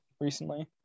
recently